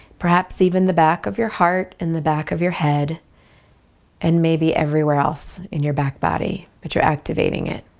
perhaps even the back of your heart in the back of your head and maybe everywhere else in your back body but you're activating it